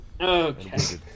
Okay